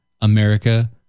America